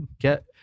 Get